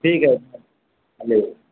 ठीक हय अबियौ